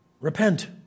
Repent